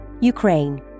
Ukraine